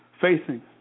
facing